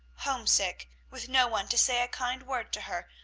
homesick, with no one to say a kind word to her,